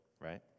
right